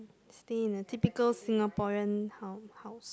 stay in a typical Singaporean hou~ house